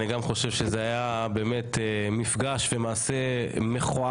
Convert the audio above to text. אני גם חושב שזה היה מפגע ומעשה מכוער,